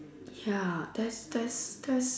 ya that's that's that's